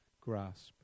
grasp